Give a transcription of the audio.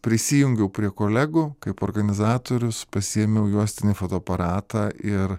prisijungiau prie kolegų kaip organizatorius pasiėmiau juostinį fotoaparatą ir